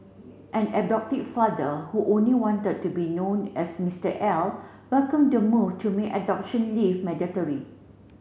an adoptive father who only wanted to be known as Mister L welcomed the move to make adoption leave mandatory